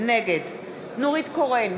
נגד נורית קורן,